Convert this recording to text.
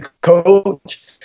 coach